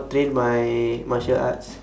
train my martial arts